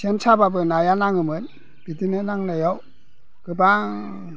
सेन साब्लाबो नाया नाङोमोन बिदिनो नांनायाव गोबां